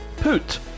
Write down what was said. Poot